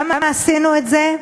למה עשינו את זה?